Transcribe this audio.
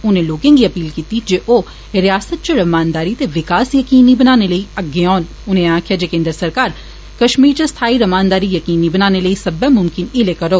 उनें लोकें गी अपील कीती जे ओह् रिआसता च रमानदारी ते विकास यकीनी बनाने लेई अग्गे औन उनें आखेआ जे केन्द्र सरकार कश्मीर च स्थाई रमानदारी यकीनी बनाने लेई सब्बै मुमकिन हीले करोग